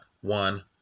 one